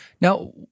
Now